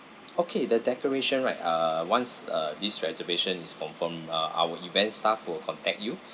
okay the decoration right uh once uh this reservation is confirm uh our event staff will contact you